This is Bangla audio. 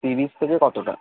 সি বিচ থেকে কতটা